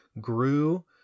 grew